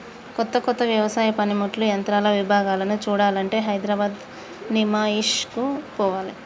కొత్త కొత్త వ్యవసాయ పనిముట్లు యంత్రాల విభాగాలను చూడాలంటే హైదరాబాద్ నిమాయిష్ కు పోవాలే